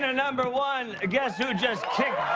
ah number one. ah guess who just kicked